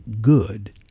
good